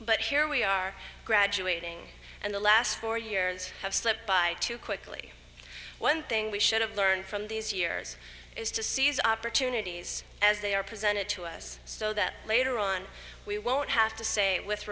but here we are graduating and the last four years have slipped by too quickly one thing we should have learned from these years is to seize opportunities as they are presented to us so that later on we won't have to say with